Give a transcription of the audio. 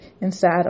inside